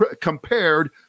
compared